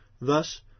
Thus